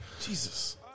Jesus